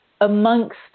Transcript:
amongst